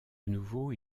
nouveau